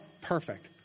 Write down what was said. perfect